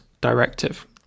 directive